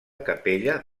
capella